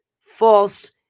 false